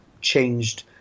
changed